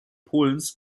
polens